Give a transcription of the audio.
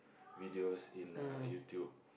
videos in uh YouTube